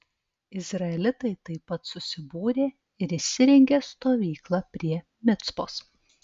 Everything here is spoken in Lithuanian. izraelitai taip pat susibūrė ir įsirengė stovyklą prie micpos